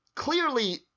Clearly